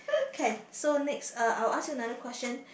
can so next uh I'll ask you another question